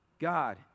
God